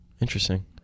interesting